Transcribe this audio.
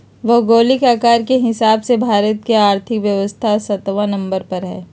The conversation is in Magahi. भौगोलिक आकार के हिसाब से भारत के और्थिक व्यवस्था सत्बा नंबर पर हइ